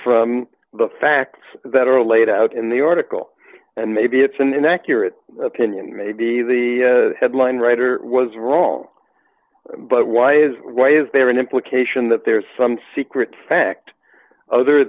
from the facts that are laid out in the article and maybe it's an inaccurate opinion maybe the headline writer was wrong but why is why is there an implication that there is some secret fact other